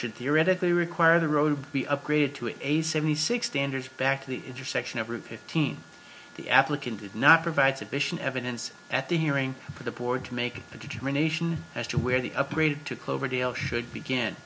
should theoretically require the road be upgraded to a seventy six standards back to the intersection of route fifteen the applicant did not provide sufficient evidence at the hearing for the board to make a determination as to where the upgrade to cloverdale should begin